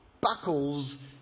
buckles